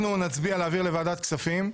אנחנו נצביע להעביר לוועדת הכספים.